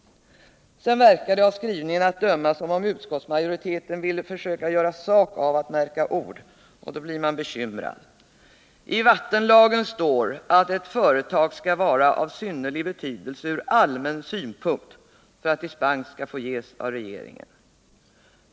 Sedan verkar det av skrivningen att döma som om utskottsmajoriteten ville försöka göra sak av att märka ord, och då blir man bekymrad. I vattenlagen står att ett företag skall vara av synnerlig betydelse ur allmän synpunkt för att dispens skall få ges av regeringen.